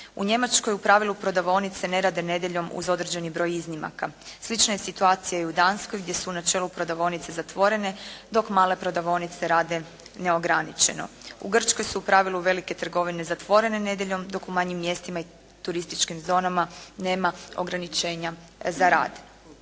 U Njemačkoj u pravilu prodavaonice ne rade nedjeljom uz određeni broj iznimaka. Slična je situacija i u Danskoj gdje su u načelu prodavaonice zatvorene, dok male prodavaonice rade neograničeno. U Grčkoj su u pravilu velike trgovine zatvorene nedjeljom, dok u manjim mjestima i turističkim zonama nema ograničenja za rad.